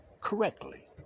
correctly